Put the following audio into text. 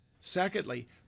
secondly